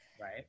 Right